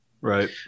Right